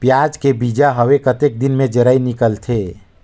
पियाज के बीजा हवे कतेक दिन मे जराई निकलथे?